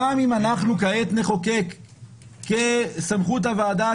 גם אם אנחנו כעת נחוקק כסמכות הוועדה,